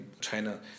China